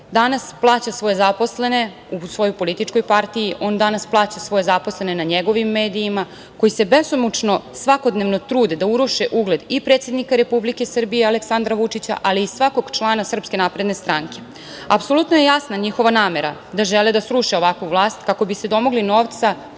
danas plaća svoje zaposlene u svojoj političkoj partiji, on danas plaća svoje zaposlene na njegovim medijima koji se besomučno svakodnevno trude da uruše ugled i predsednika Republike Srbije Aleksandra Vučića, ali i svakog člana SNS.Apsolutno je jasna njihova namera da žele da sruše ovakvu vlast kako bi se domogli novca,